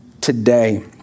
today